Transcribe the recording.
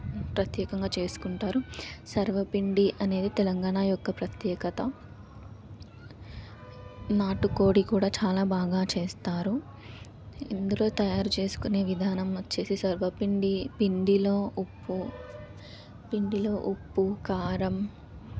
ప్రత్యేకంగా చేసుకుంటారు సర్వపిండి అనేది తెలంగాణ యొక్క ప్రత్యేకత నాటుకోడి కూడా చాలా బాగా చేస్తారు ఇందులో తయారు చేసుకునే విధానం వచ్చేసి సర్వపిండి పిండిలో ఉప్పు పిండిలో ఉప్పు కారం